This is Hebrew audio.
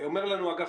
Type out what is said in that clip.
מאגף